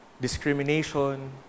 discrimination